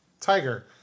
tiger